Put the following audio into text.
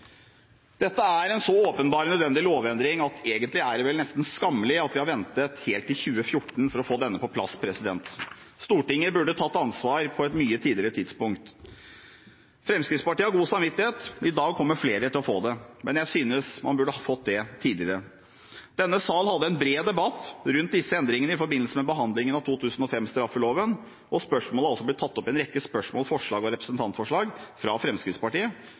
Dette er en så åpenbart nødvendig lovendring at det egentlig er nesten skammelig at vi har ventet helt til 2014 med å få den på plass. Stortinget burde tatt ansvar på et mye tidligere tidspunkt. Fremskrittspartiet har god samvittighet. I dag kommer flere til å få det, men jeg synes de burde fått det tidligere. Denne salen hadde en bred debatt rundt disse endringene i forbindelse med behandlingen av 2005-straffeloven, og spørsmålet har også blitt tatt opp i en rekke spørsmål, forslag og representantforslag fra Fremskrittspartiet.